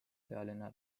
pealinna